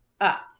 up